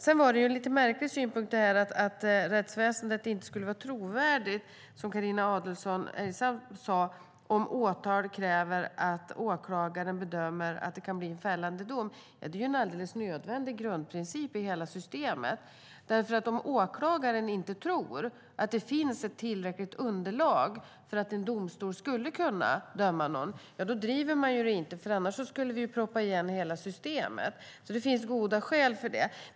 Det var en lite märklig synpunkt att rättsväsendet inte skulle vara trovärdigt, som Carina Adolfsson Elgestam hade, om åtal kräver att åklagaren bedömer att det kan bli en fällande dom. Det är en alldeles nödvändig grundprincip i hela systemet. Om åklagaren inte tror att det finns ett tillräckligt underlag för att en domstol ska kunna döma någon, då driver man inte det, för annars skulle vi proppa igen hela systemet. Det finns goda skäl för det.